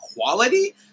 quality